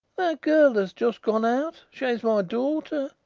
girl that's just gone out she's my daughter,